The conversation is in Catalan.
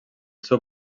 seu